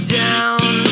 down